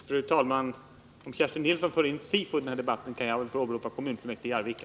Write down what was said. Fru talman! Om Kerstin Nilsson för in SIFO i den här debatten kan jag väl få åberopa kommunfullmäktige i Arvika.